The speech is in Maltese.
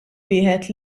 wieħed